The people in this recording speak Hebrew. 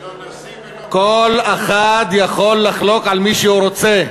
לא נשיא ולא, כל אחד יכול לחלוק על מי שהוא רוצה,